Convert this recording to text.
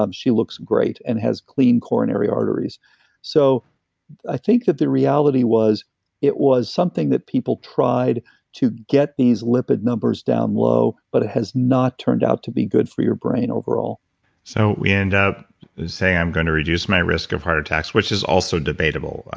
um she looks great and has clean coronary arteries so i think that the reality was it was something that people tried to get these lipid numbers down low, but it has not turned out to be good for your brain overall so we end up saying, i'm gonna reduce my risk of heart attacks, which is also debatable,